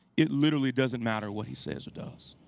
it literally doesn't matter what he says or does.